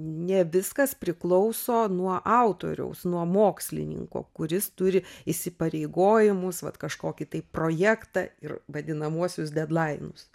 ne viskas priklauso nuo autoriaus nuo mokslininko kuris turi įsipareigojimus vat kažkokį tai projektą ir vadinamuosius dedlainus